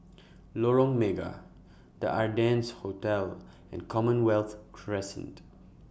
Lorong Mega The Ardennes Hotel and Commonwealth Crescent